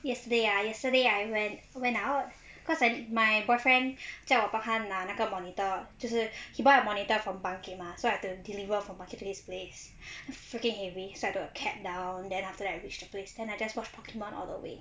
yesterday ah yesterday I went out cause I my boyfriend 叫我帮他拿那个 monitor 就是 he buy a monitor from mah so I have to deliver from my place to his place freaking heavy so I took a cab down then after that I reached the place then I just watched pokemon all the way